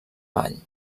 vall